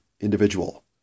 individual